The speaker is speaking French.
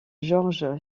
george